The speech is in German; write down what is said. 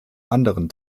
anderen